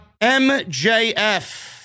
MJF